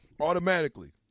Automatically